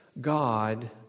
God